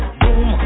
boom